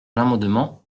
l’amendement